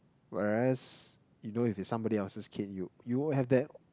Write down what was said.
whereas you know if it somebody else keen you you have that